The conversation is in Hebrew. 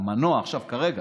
המנוע, כרגע,